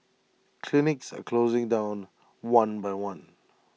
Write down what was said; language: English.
clinics are closing down one by one